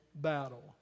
battle